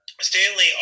Stanley